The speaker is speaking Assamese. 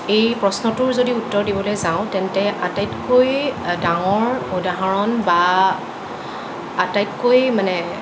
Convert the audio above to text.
এই প্ৰশ্নটোৰ যদি উত্তৰ দিবলৈ যাওঁ তেন্তে আটাইতকৈ ডাঙৰ উদাহৰণ বা আটাইতকৈ মানে